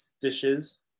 Dishes